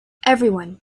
everyone